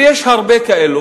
ויש הרבה כאלה,